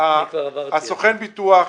סוכן הביטוח,